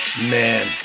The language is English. man